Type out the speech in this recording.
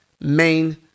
main